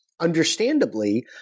understandably